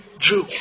Jew